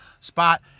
spot